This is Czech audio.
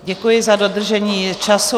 Děkuji za dodržení času.